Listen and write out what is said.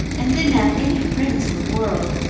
and didn't have any friends in the world,